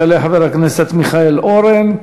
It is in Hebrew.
יעלה חבר הכנסת מיכאל אורן,